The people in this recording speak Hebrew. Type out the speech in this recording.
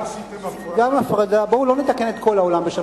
כי פעם למדתם ביחד בנים-בנות ואתם עשיתם הפרדה,